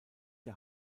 der